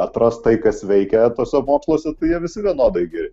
atrastitai kas veikia tuose moksluose tai jie visi vienodai geri